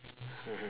mmhmm